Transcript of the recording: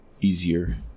easier